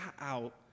out